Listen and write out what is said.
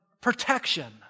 protection